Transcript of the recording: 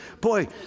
Boy